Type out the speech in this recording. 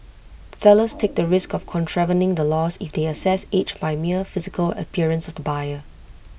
sellers take the risk of contravening the laws if they assess age by mere physical appearance of the buyer